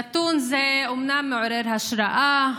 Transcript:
נתון זה אומנם מעורר השראה,